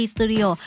Studio